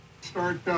Start